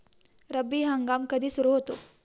रब्बी हंगाम कधी सुरू होतो?